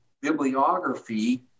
bibliography